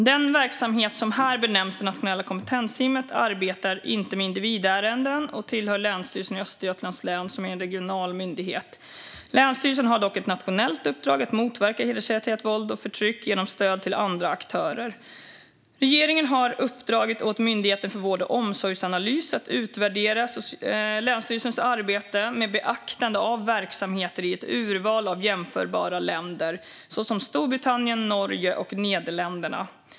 Den verksamhet som här benämns det nationella kompetensteamet arbetar inte med individärenden och tillhör Länsstyrelsen i Östergötlands län, som är en regional myndighet. Länsstyrelsen har dock ett nationellt uppdrag att motverka hedersrelaterat våld och förtryck genom stöd till andra aktörer. Regeringen har uppdragit åt Myndigheten för vård och omsorgsanalys att utvärdera länsstyrelsens arbete med beaktande av verksamheter i ett urval av jämförbara länder, såsom Storbritannien, Norge och Nederländerna.